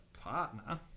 partner